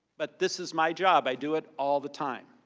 but this is my job. i do it all the time.